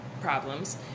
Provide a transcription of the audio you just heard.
problems